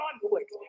conflict